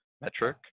metric